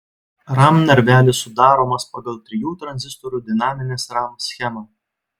ram narvelis sudaromas pagal trijų tranzistorių dinaminės ram schemą